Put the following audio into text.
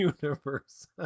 universe